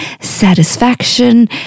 satisfaction